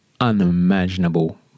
unimaginable